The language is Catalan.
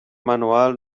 manual